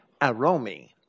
aromi